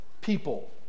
people